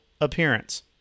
appearance